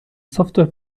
software